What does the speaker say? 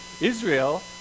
Israel